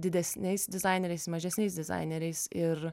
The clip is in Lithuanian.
didesniais dizaineriais mažesniais dizaineriais ir